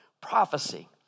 prophecy